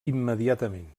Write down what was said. immediatament